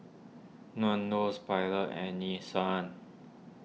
Nandos Pilot and Nissan